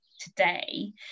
today